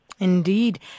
Indeed